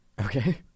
Okay